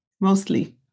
mostly